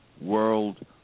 world